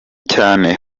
cyane